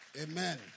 Amen